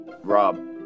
Rob